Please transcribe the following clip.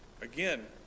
again